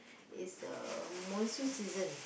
is uh monsoon season